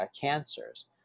cancers